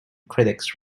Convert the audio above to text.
critics